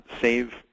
save